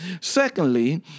Secondly